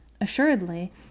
Assuredly